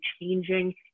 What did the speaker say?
changing